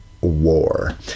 war